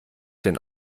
den